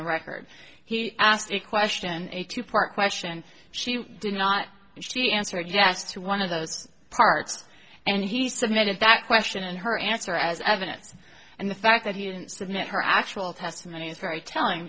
the record he asked a question a two part question she did not and she answered yes to one of those parts and he submitted that question and her answer as evidence and the fact that he didn't submit her actual testimony is very telling